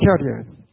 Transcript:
carriers